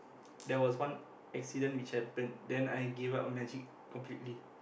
there was one accident which happened then I gave up on magic completely